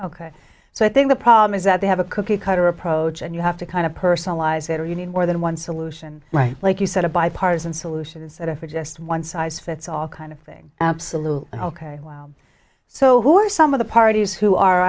ok so i think the problem is that they have a cookie cutter approach and you have to kind of personalize it or you need more than one solution right like you said a bipartisan solutions that effort just one size fits all kind of thing absolutely ok wow so who are some of the parties who are